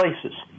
places